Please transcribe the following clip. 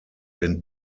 den